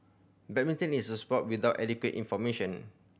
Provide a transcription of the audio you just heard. badminton is a sport without adequate information